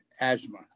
asthma